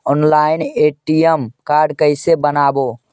Online ATM card कैसे बनाबौ?